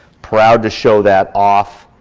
proud to show that off.